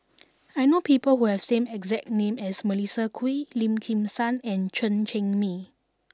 I know people who have same exact name as Melissa Kwee Lim Kim San and Chen Cheng Mei